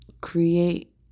create